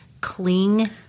cling